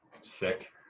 Sick